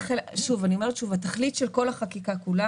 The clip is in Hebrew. אני אומרת שוב: התכלית של כל החקיקה כולה